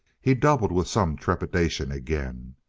he doubled with some trepidation again.